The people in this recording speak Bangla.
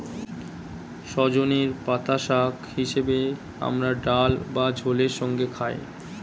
সজনের পাতা শাক হিসেবে আমরা ডাল বা ঝোলের সঙ্গে খাই